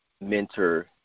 mentor